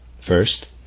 first